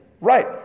right